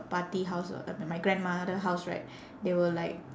paati house or like my grandmother house right they will like